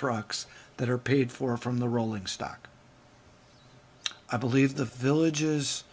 trucks that are paid for from the rolling stock i believe the villages